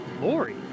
Lori